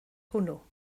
hwnnw